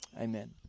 Amen